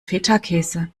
fetakäse